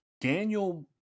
Daniel